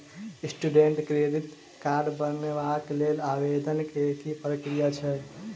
Student credit card बनेबाक लेल आवेदन केँ की प्रक्रिया छै?